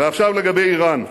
ועכשיו לגבי אירן.